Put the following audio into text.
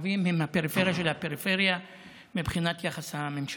הערבים הם הפריפריה של הפריפריה מבחינת יחס הממשלה.